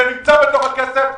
זה נמצא בתוך הכסף.